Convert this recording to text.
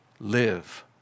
Live